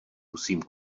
musím